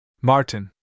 Martin